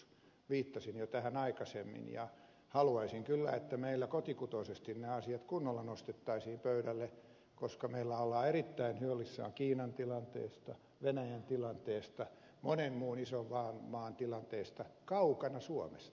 viittasin tähän jo aikaisemmin ja haluaisin kyllä että meillä kotikutoisesti nämä asiat kunnolla nostettaisiin pöydälle koska meillä ollaan erittäin huolissaan kiinan tilanteesta venäjän tilanteesta monen muun ison maan tilanteesta kaukana suomesta